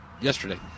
yesterday